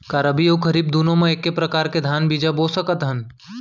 का रबि अऊ खरीफ दूनो मा एक्के प्रकार के धान बीजा बो सकत हन?